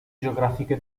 geografiche